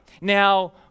Now